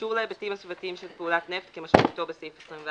"אישור להיבטים הסביבתיים של פעולת נפט" כמשמעותו בסעיף 24,